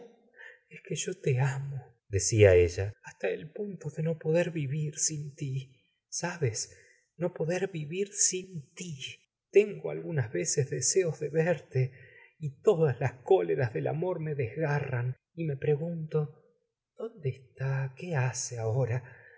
es que yo te amo decia ella hasta el punto de no poder vivir sin ti sabes no poder vivir sin ti tengo algunas veces deseos de verte j y todas las cóleras del amor me desgarran y me pregunto dónde está qué hace ahora